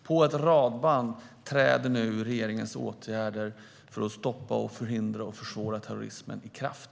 På ett radband träder nu regeringens åtgärder för att stoppa, förhindra och försvåra terrorismen i kraft.